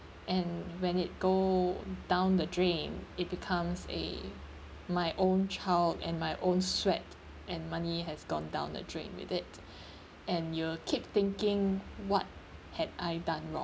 and when it go down the drain it becomes a my own child and my own sweat and money has gone down the drain with it and you'll keep thinking what had I done wrong